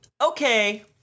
Okay